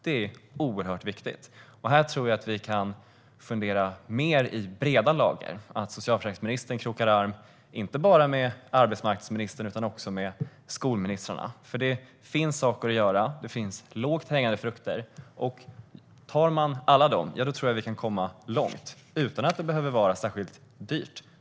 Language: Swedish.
Detta är oerhört viktigt. Jag tror att vi kan fundera mer i breda lager om detta. Socialförsäkringsministern borde kroka arm med inte bara arbetsmarknadsministern utan också skolministrarna. Det finns saker att göra. Det finns lågt hängande frukter. Om man tar alla dem kan vi komma långt, tror jag, utan att det behöver vara särskilt dyrt.